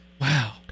Wow